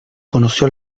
conoció